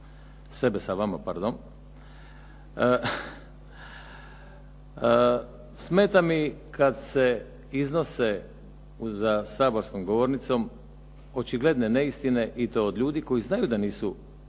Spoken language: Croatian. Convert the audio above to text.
sebe sa vama, pardon. Smeta mi kada se iznose za saborskom govornicom očigledne neistine i to od ljudi koji znaj da nisu u